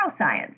neuroscience